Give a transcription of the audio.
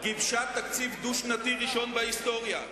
גיבשה תקציב דו-שנתי ראשון בהיסטוריה.